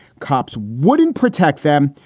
cops wouldn't protect them,